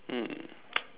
hmm